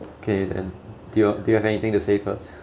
okay then do y~ do you have anything to say first